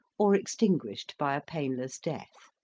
or extinguished by a painless death.